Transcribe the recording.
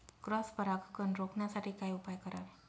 Cross परागकण रोखण्यासाठी काय उपाय करावे?